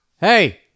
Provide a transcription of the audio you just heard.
hey